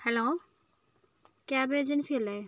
hello cab agency അല്ലെ